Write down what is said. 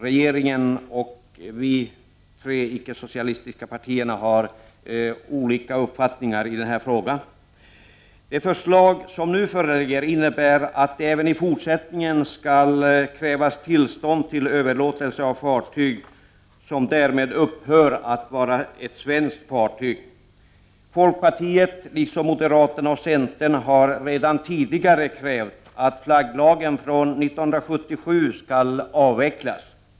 Regeringen och vi tre icke-socialistiska partier har olika uppfattningar i den frågan. Det förslag som nu föreligger innebär att det även i fortsättningen skall krävas tillstånd till överlåtelse om fartyget därmed upphör att vara svenskt. Folkpartiet, liksom moderaterna och centerpartiet, har redan tidigare krävt att flagglagen från 1977 skall avvecklas.